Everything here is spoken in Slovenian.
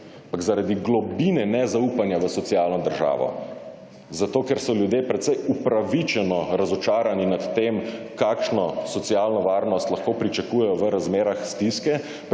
ampak zaradi globine nezaupanja v socialno državo, zato ker so ljudje precej upravičeno razočarani nad tem kakšno socialno varnost lahko pričakujejo v razmerah stiske